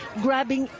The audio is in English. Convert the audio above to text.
grabbing